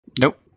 Nope